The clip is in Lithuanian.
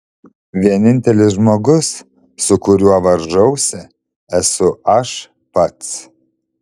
vienintelis žmogus su kuriuo varžausi esu aš pats